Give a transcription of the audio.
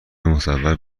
مصور